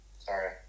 Sorry